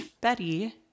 Betty